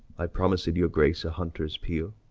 i promised your grace a hunter's peal.